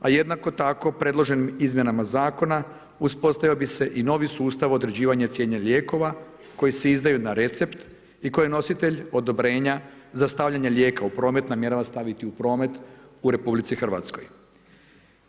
A jednako tako predloženim izmjenama zakona uspostavio bi se i novi sustav određivanja cijene lijekova koji se izdaju na recept i tko je nositelj odobrenja za stavljanje lijeka u promet namjerava staviti u promet u Republici Hrvatskoj.